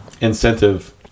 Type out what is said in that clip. incentive